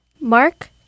Mark